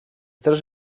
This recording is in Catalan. tres